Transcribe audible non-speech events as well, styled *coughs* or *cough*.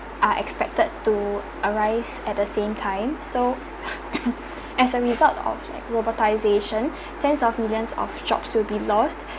are expected to arise at the same time so *coughs* as a result of like globalisation *breath* tens of million of jobs will be lost